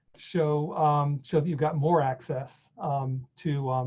show show you've gotten more access to.